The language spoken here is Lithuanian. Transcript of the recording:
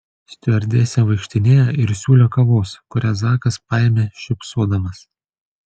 stiuardesė vaikštinėjo ir siūlė kavos kurią zakas paėmė šypsodamas